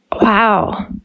Wow